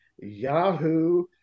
Yahoo